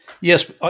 Yes